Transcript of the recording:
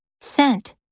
Scent